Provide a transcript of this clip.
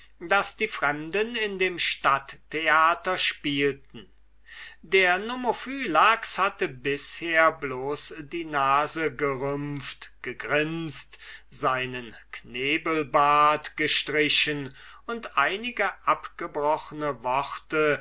daß die fremden auf dem stadttheater spielten der nomophylax hatte bisher bloß die nase gerümpft gegrinst seinen knebelbart gestrichen und einige abgebrochne worte